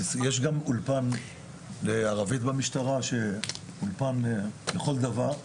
יש גם אולפן לערבית במשטרה, אולפן לכל דבר.